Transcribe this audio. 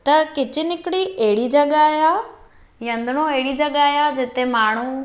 त किचन हिकड़ी अहिड़ी जॻह आहे रंधिणो अहिड़ी जॻह आहे जिते माण्हू